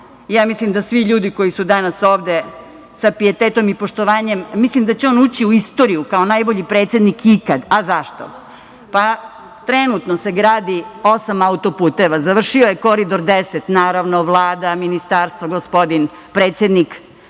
ja mislim da svi ljudi koji su danas ovde sa pijetetom i poštovanjem govore o njemu. Mislim da će on ući u istoriju kao najbolji predsednik ikad. A zašto? Trenutno se gradi osam auto-puteva. Završio je Koridor 10, naravno, Vlada, ministarstvo, gospodin predsednik.